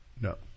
no